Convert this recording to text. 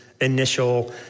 initial